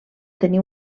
tenir